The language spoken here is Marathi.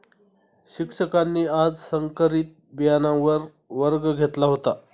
शिक्षकांनी आज संकरित बियाणांवर वर्ग घेतला होता